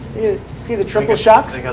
see the triple shocks?